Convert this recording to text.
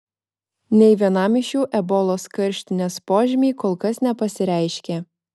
nei vienam iš jų ebolos karštinės požymiai kol kas nepasireiškė